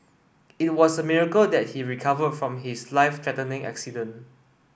it was a miracle that he recovered from his life threatening accident